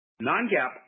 Non-GAAP